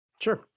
Sure